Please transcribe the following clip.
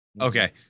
Okay